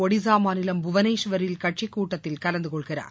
ஒடிசா மாநிலம் புவனேஷ்வரில் கட்சிக்கூட்டத்தில் கலந்துகொள்கிறார்